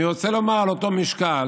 אני רוצה לומר על אותו משקל